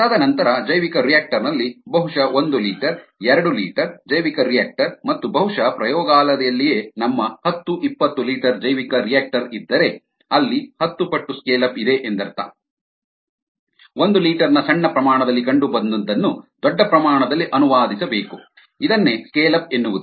ತದನಂತರ ಜೈವಿಕರಿಯಾಕ್ಟರ್ ನಲ್ಲಿ ಬಹುಶಃ ಒಂದು ಲೀಟರ್ ಎರಡು ಲೀಟರ್ ಜೈವಿಕರಿಯಾಕ್ಟರ್ ಮತ್ತು ಬಹುಶಃ ಪ್ರಯೋಗಾಲಯದಲ್ಲಿಯೇ ನಮ್ಮಲ್ಲಿ ಹತ್ತು ಇಪ್ಪತ್ತು ಲೀಟರ್ ಜೈವಿಕರಿಯಾಕ್ಟರ್ ಇದ್ದರೆ ಅಲ್ಲಿ ಹತ್ತು ಪಟ್ಟು ಸ್ಕೇಲ್ ಅಪ್ ಇದೆ ಎಂದರ್ಥ ಒಂದು ಲೀಟರ್ನ ಸಣ್ಣ ಪ್ರಮಾಣದಲ್ಲಿ ಕಂಡುಬಂದದ್ದನ್ನು ದೊಡ್ಡ ಪ್ರಮಾಣದಲ್ಲಿ ಅನುವಾದಿಸಬೇಕು ಇದನ್ನೇ ಸ್ಕೇಲ್ ಅಪ್ ಎನ್ನುವುದು